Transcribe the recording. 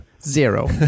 Zero